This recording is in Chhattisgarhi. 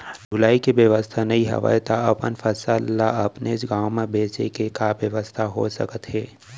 ढुलाई के बेवस्था नई हवय ता अपन फसल ला अपनेच गांव मा बेचे के का बेवस्था हो सकत हे?